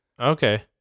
Okay